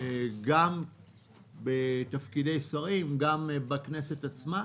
גם בתפקידי שרים, גם בכנסת עצמה.